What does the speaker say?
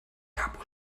gab